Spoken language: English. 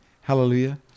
Hallelujah